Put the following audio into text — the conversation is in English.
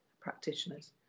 practitioners